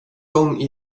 gång